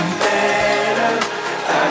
better